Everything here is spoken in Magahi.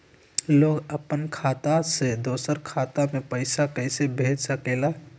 लोग अपन खाता से दोसर के खाता में पैसा कइसे भेज सकेला?